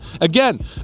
Again